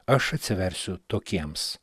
aš atsiversiu tokiems